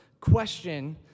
question